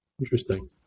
Interesting